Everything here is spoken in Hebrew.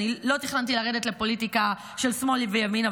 לא תכננתי לרדת לפוליטיקה של שמאל וימין,